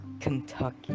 Kentucky